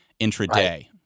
intraday